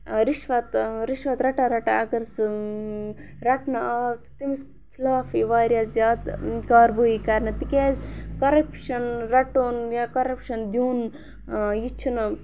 رِشوَت رِشوَت رَٹان رَٹان اگر سُہ رَٹنہٕ آو تہٕ تٔمِس خلاف یی واریاہ زیادٕ کاروٲیی کَرنہٕ تِکیٛازِ کَرَپشَن رَٹُن یا کَرَپشَن دیُن یہِ چھِنہٕ